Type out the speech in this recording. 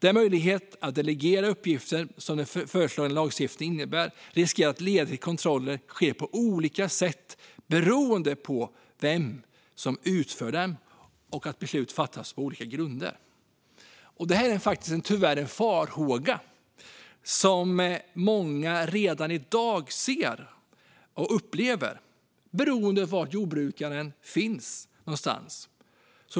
Den möjlighet att delegera uppgifter som den föreslagna lagstiftningen innebär riskerar att leda till att kontroller sker på olika sätt beroende på vem som utför dem och att beslut fattas på olika grunder. Detta är tyvärr en farhåga som många redan i dag ser och upplever. Beroende på var jordbrukaren finns